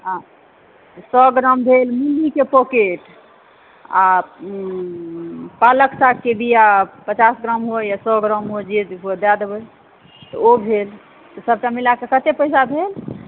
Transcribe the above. हँ सए ग्राम भेल मुलीके पॉकेट आ पालक सागके बिआ पचास ग्राम होए या सए ग्राम हो जे होए दए देबै तऽओ भेल सबटा मिलाकऽकते पैसा भेल